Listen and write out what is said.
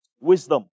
Wisdom